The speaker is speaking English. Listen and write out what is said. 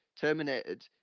terminated